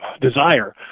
desire